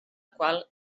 qual